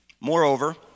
Moreover